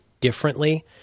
differently